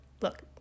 look